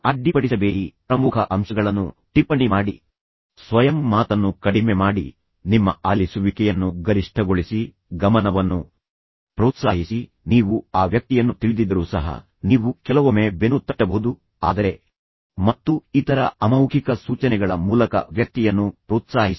ಅಡ್ಡಿಪಡಿಸಬೇಡಿ ಪ್ರಮುಖ ಅಂಶಗಳನ್ನು ಟಿಪ್ಪಣಿ ಮಾಡಿ ಸ್ವಯಂ ಮಾತನ್ನು ಕಡಿಮೆ ಮಾಡಿ ನಿಮ್ಮ ಆಲಿಸುವಿಕೆಯನ್ನು ಗರಿಷ್ಠಗೊಳಿಸಿ ಗಮನವನ್ನು ಕೇಂದ್ರೀಕರಿಸಿ ವಿಚಲಿತರಾಗಬೇಡಿ ವ್ಯಕ್ತಿಯನ್ನು ಪ್ರೋತ್ಸಾಹಿಸಿ ನೀವು ಆ ವ್ಯಕ್ತಿಯನ್ನು ತಿಳಿದಿದ್ದರೂ ಸಹ ನೀವು ಕೆಲವೊಮ್ಮೆ ಬೆನ್ನು ತಟ್ಟಬಹುದು ಆದರೆ ತಲೆದೂಗುವ ಮತ್ತು ಇತರ ಅಮೌಖಿಕ ಸೂಚನೆಗಳ ಮೂಲಕ ವ್ಯಕ್ತಿಯನ್ನು ಪ್ರೋತ್ಸಾಹಿಸಿ